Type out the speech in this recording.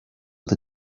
the